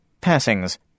Passings